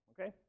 Okay